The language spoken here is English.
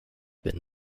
been